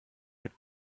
had